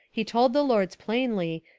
he told the lords plainly,